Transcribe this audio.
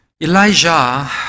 Elijah